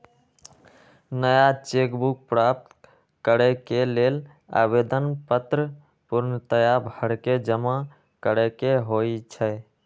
नया cheque book प्राप्त करेके लेल आवेदन पत्र पूर्णतया भरके जमा करेके होइ छइ